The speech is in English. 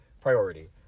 priority